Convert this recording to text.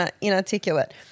inarticulate